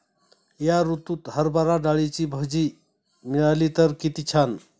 या ऋतूत हरभरा डाळीची भजी मिळाली तर कित्ती छान